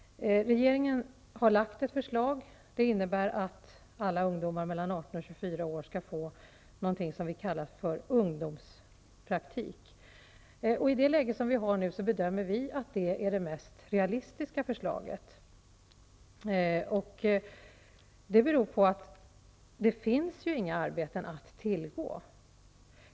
Regeringen har lagt fram ett förslag som innebär att alla ungdomar mellan 18 och 24 år skall få någonting som vi kallar ungdomspraktik. I nuvarande läge bedömer vi det som det mest realistiska förslaget. Det beror på att det inte finns några arbeten att tillgå.